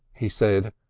he said,